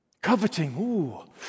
coveting